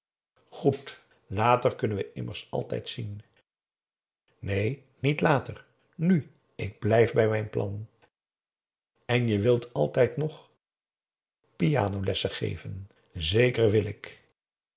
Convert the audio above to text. goed later kunnen we immers altijd zien neen niet later nu ik blijf bij mijn plan en je wilt altijd nog pianolessen geven zeker wil ik